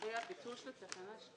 לגבי הביטול של תקנה 2